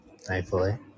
thankfully